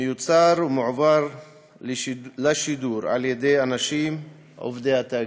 מיוצר ומועבר לשידור על ידי אנשים עובדי התאגיד.